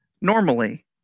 normally